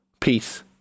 Peace